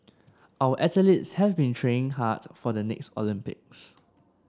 our athletes have been training hard for the next Olympics